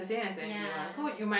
ya